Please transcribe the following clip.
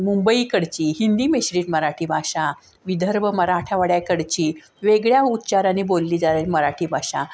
मुंबईकडची हिंदी मिश्रित मराठी भाषा विदर्भ मराठावड्याकडची वेगळ्या उच्चारांनी बोलली जाईल मराठी भाषा